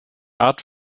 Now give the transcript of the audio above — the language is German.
art